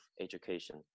education